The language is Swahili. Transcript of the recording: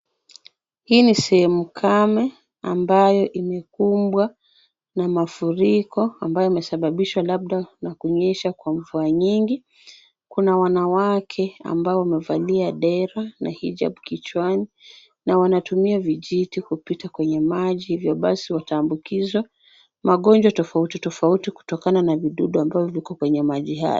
Hii ni sehemu kame, ambayo imekumbwa na mafuriko, ambayo yamesababishwa labda na kunyesha kwa mvua nyingi, kuna wanawake ambao wamevalia dera na hijabu kichwani, na wanatumia vijiti kupita kwenye maji, hivyo basi wataambukizwa, magonjwa tofauti tofauti kutokana na vidudu ambavyo viko kwenye maji haya.